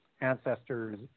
ancestors